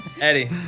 Eddie